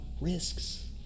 risks